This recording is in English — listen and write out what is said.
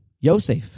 Yosef